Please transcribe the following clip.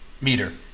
meter